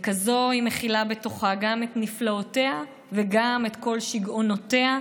וככזו היא מכילה בתוכה גם את נפלאותיה וגם את כל שיגעונותיה.